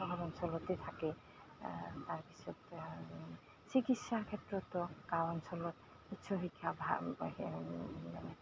চহৰ অঞ্চলতে থাকে তাৰ পিছত চিকিৎসাৰ ক্ষেত্ৰতো গাঁও অঞ্চলত উচ্চ শিক্ষা